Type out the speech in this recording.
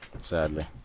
Sadly